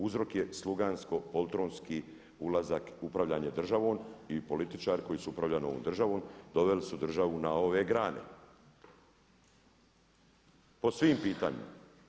Uzrok je slugansko poltronski ulazak upravljanje državom i političari koji su upravljali ovom državom doveli su državu na ove grane, po svim pitanjima.